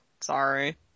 Sorry